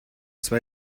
zwei